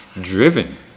driven